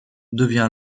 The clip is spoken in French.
devient